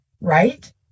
right